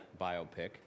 biopic